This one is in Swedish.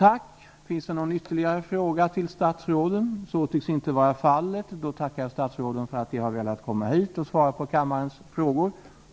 Då det nu inte tycks finnas fler frågor, tackar jag statsråden för att de har kommit hit och svarat på kammarens frågor.